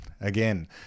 again